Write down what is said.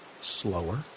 slower